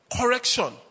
correction